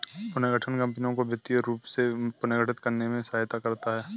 पुनर्गठन कंपनियों को वित्तीय रूप से पुनर्गठित करने में सहायता करता हैं